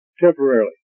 Temporarily